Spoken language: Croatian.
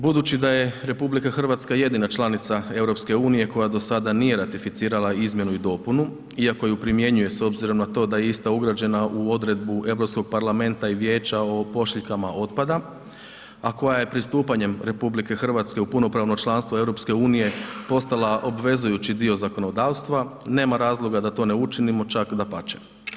Budući da je RH jedina članica EU koja do sada nije ratificirala izmjenu i dopunu, iako ju primjenjuje s obzirom na to da je ista ugrađena u odredbu EU parlamenta i vijeća o pošiljkama otpada, a koja je pristupanjem RH u punopravno članstvo EU postala obvezujući dio zakonodavstva, nema razloga da to ne učinimo, čak dapače.